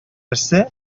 берсе